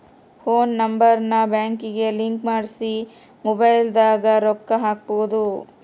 phone number ನ ಬ್ಯಾಂಕಿಗೆ link ಮಾಡ್ಸಿ ಮೊಬೈಲದಾಗ ರೊಕ್ಕ ಹಕ್ಬೊದು